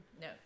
No